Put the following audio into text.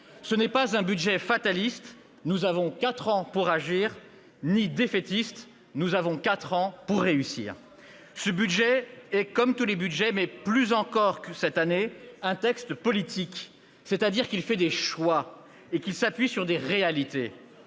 Ce n'est ni un budget fataliste- nous avons quatre ans pour agir -ni défaitiste- nous avons quatre ans pour réussir ! Ce budget est, comme tous les budgets, mais plus encore cette année, un texte politique, c'est-à-dire qu'il fait des choix et qu'il s'appuie sur des réalités